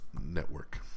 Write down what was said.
network